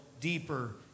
deeper